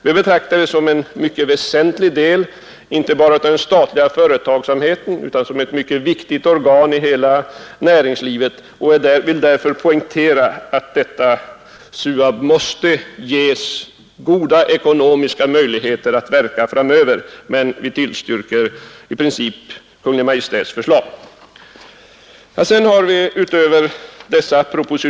Vi betraktar det som en mycket väsentlig del inte bara av den statliga företagsamheten utan som ett mycket viktigt organ i hela näringslivet och vill därför poängtera att SUAB måste ges goda ekonomiska möjligheter att verka framöver men tillstyrker i princip Kungl. Maj:ts förslag.